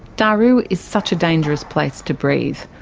daru is such a dangerous place to breathe.